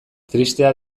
tristea